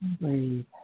Breathe